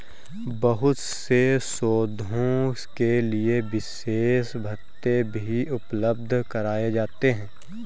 बहुत से शोधों के लिये विशेष भत्ते भी उपलब्ध कराये जाते हैं